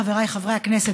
חבריי חברי הכנסת,